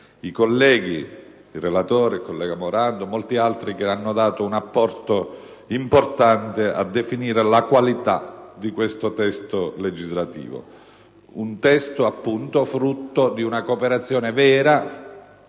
ai colleghi, al relatore, al collega Morando ed a molti altri che hanno dato un apporto importante nel definire la qualità di questo testo legislativo: un testo, appunto, frutto di una cooperazione vera